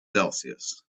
celsius